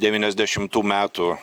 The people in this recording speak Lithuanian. devyniasdešimtų metų